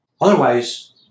Otherwise